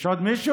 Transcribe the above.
יש עוד מישהו?